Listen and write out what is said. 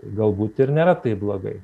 tai galbūt ir nėra taip blogai